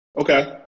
Okay